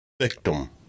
victim